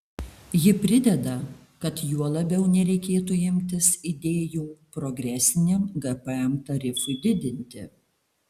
ji prideda kad juo labiau nereikėtų imtis idėjų progresiniam gpm tarifui didinti